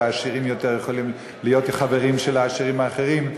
והעשירים יותר יכולים להיות חברים של העשירים האחרים,